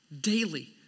daily